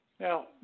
Now